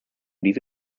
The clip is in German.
diese